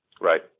Right